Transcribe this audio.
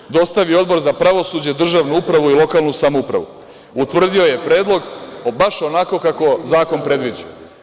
Dakle, dostavio Odbor za pravosuđe, državnu upravu i lokalnu samoupravu, utvrdio je predlog baš onako kako zakon predviđa.